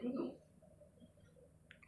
halloween horror nights and